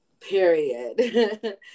Period